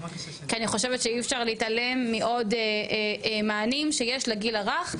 כי אני חושבת שאי אפשר להתעלם מעוד מענים שיש לגיל הרך,